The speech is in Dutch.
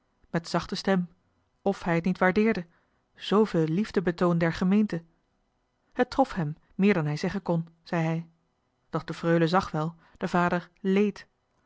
met zachte stem f hij het niet waardeerde zveel liefdebetoon der gemeente het trof hem méér dan hij zeggen kon zei hij doch de freule zag wel de vader lééd